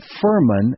Furman